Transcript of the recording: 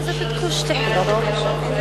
לא אתה, חלילה, לא אתה.